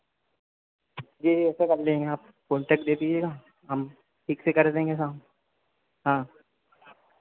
ये ये ऐसा कर लेंगे आप कॉन्टेक्ट दे दीजिएगा हम ठीक से कर देंगे काम हाँ